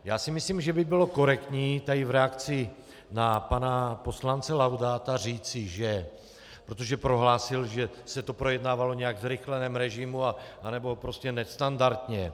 Já si myslím, že by bylo korektní v reakci na pana poslance Laudáta říci, protože prohlásil, že se to projednávalo nějak ve zrychleném režimu, anebo prostě nestandardně.